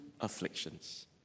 afflictions